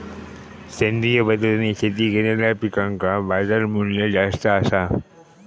सेंद्रिय पद्धतीने शेती केलेलो पिकांका बाजारमूल्य जास्त आसा